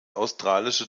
australische